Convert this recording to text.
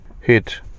hit